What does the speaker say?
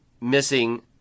missing